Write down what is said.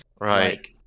right